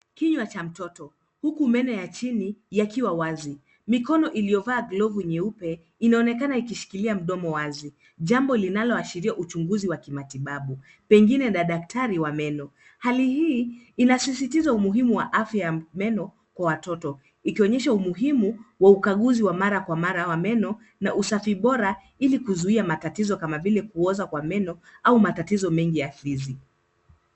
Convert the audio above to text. Kinywa cha mtoto, huku meno ya chini yakiwa wazi. Mikono iliyovaa glovu nyeupe inaonekana ikishikilia mdomo wazi, jambo linaoashiria uchunguzi wa kimatibabu, pengine la daktari wa meno. Hali hii inasisitiza umuhimu wa afya ya meno kwa watoto, ikionyesha umuhimu wa ukaguzi wa mara kwa mara wa meno na usafi bora ili kuzuia matatizo kama vile kuoza kwa meno au matatizo mengi ya fizi.